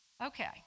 Okay